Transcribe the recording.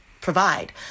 provide